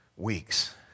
weeks